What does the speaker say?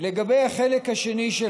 ולגבי החלק השני של